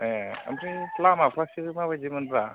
ए ओमफ्राइ लामाफ्रासो माबायदि मोनब्रा